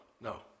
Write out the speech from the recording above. no